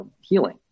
healing